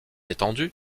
étendus